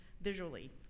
visually